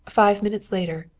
five minutes later,